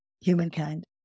humankind